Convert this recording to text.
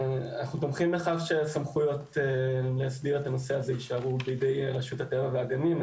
אנחנו תומכים בכך שהסמכויות לנושא הזה יישארו בידיי רשות הטבע והגנים.